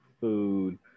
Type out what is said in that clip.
food